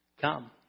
come